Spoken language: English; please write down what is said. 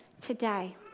today